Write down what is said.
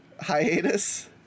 hiatus